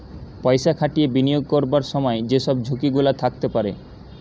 পয়সা খাটিয়ে বিনিয়োগ করবার সময় যে সব ঝুঁকি গুলা থাকতে পারে